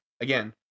Again